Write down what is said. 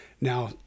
Now